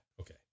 Okay